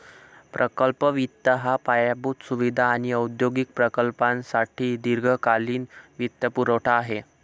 प्रकल्प वित्त हा पायाभूत सुविधा आणि औद्योगिक प्रकल्पांसाठी दीर्घकालीन वित्तपुरवठा आहे